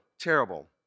terrible